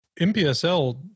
mpsl